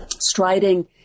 Striding